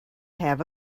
have